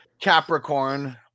Capricorn